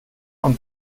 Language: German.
und